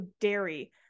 dairy